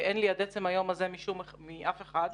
עד עצם היום הזה אין לי נתונים כאלה מאף אחד.